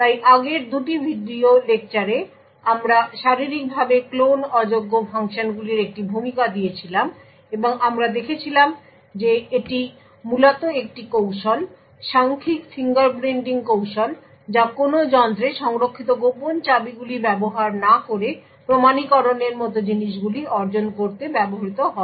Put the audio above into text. তাই আগের 2টি ভিডিও লেকচারে আমরা শারীরিকভাবে ক্লোন অযোগ্য ফাংশনগুলির একটি ভূমিকা দিয়েছিলাম এবং আমরা দেখেছিলাম যে এটি মূলত একটি কৌশল সাংখ্যিক ফিঙ্গারপ্রিন্টিং কৌশল যা কোনও যন্ত্রে সংরক্ষিত গোপন চাবিগুলি ব্যবহার না করে প্রমাণীকরণের মতো জিনিসগুলি অর্জন করতে ব্যবহৃত হয়